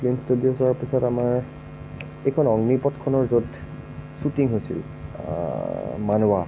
film studio চোৱাৰ পিছত আমাৰ এইখন অগ্নিপথখনৰ য'ত শ্ৱুটিং হৈছিল মানৱা